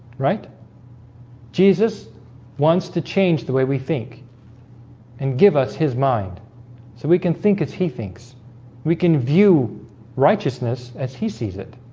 right jesus wants to change the way we think and give us his mind so we can think as he thinks we can view righteousness as he sees it